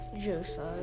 Josiah